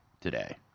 today